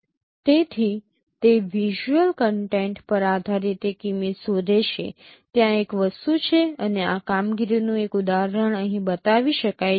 તેથી તે visual content પર આધારિત એક ઇમેજ શોધે છે ત્યાં એક વસ્તુ છે અને આ કામગીરીનું એક ઉદાહરણ અહીં બતાવી શકાય છે